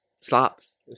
slaps